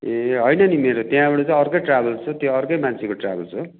ए होइन नि मेरो त्यहाँबाट चाहिँ अर्कै ट्राभल्स छ त्यो अर्कै मान्छेको ट्राभल्स हो